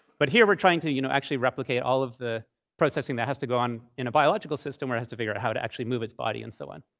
but here, we're trying to you know actually replicate all of the processing that has to go on in a biological system where it has to figure out how to actually move its body, and so on.